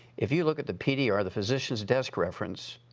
if you look at the pd, or the physicians desk reference,